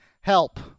help